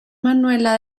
manuela